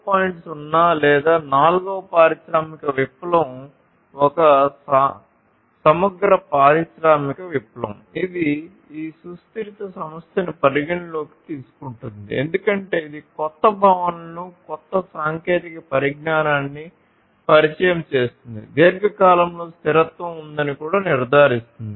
0 లేదా నాల్గవ పారిశ్రామిక విప్లవం ఒక సమగ్ర పారిశ్రామిక విప్లవం ఇది ఈ సుస్థిరత సమస్యను పరిగణనలోకి తీసుకుంటుంది ఎందుకంటే ఇది కొత్త భావనలను క్రొత్త సాంకేతిక పరిజ్ఞానాన్ని పరిచయం చేస్తుంది దీర్ఘకాలంలో స్థిరత్వం ఉందని కూడా నిర్ధారిస్తుంది